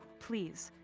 please,